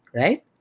right